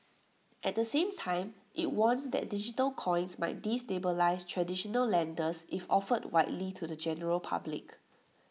at the same time IT warned that digital coins might destabilise traditional lenders if offered widely to the general public